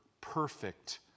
perfect